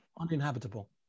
uninhabitable